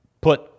put